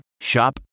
Shop